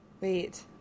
Wait